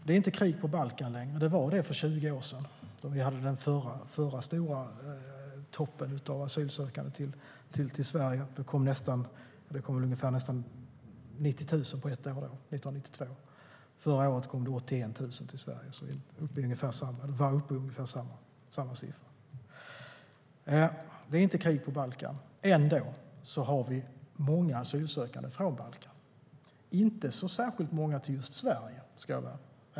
Det är inte längre krig på Balkan som det var för 20 år sedan, då vi hade den förra stora ökningen av asylsökande till Sverige. Nästan 90 000 asylsökande kom då till Sverige under ett år, 1992. Förra året kom det 81 000 asylsökande till Sverige. Siffran är alltså ungefär densamma. Det är inte krig på Balkan. Ändå kommer det många asylsökande därifrån. Men det kommer inte så särskilt många till just Sverige.